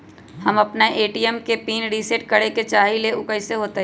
हम अपना ए.टी.एम के पिन रिसेट करे के चाहईले उ कईसे होतई?